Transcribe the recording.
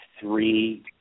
three